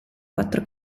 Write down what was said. quattro